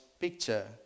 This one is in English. picture